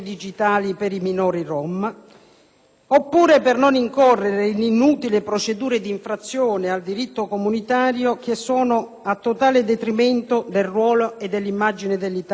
oppure per non incorrere inutilmente in procedure di infrazione al diritto comunitario, che sono a totale detrimento del ruolo e dell'immagine dell'Italia in Europa e nel mondo.